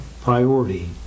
priority